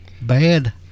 bad